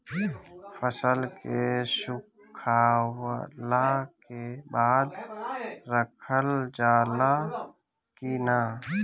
फसल के सुखावला के बाद रखल जाला कि न?